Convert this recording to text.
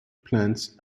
plants